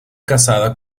casada